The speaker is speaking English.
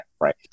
right